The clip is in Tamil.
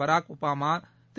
பராக் ஒபாமா திரு